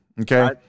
Okay